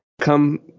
come